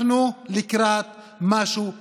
אנחנו לקראת משהו חדש,